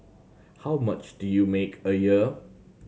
how much do you make a year